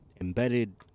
embedded